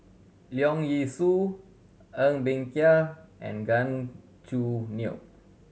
Leong Yee Soo Ng Bee Kia and Gan Choo Neo